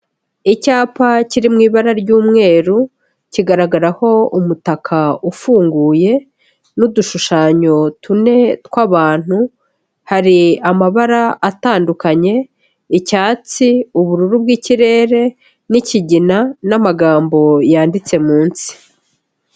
Icyapa kiri mu ibara ry'umweru, kigaragaraho umutaka ufunguye n'udushushanyo tune tw'abantu, hari amabara atandukanye: icyatsi, ubururu bw'ikirere n'ikigina n'amagambo yanditse munsi.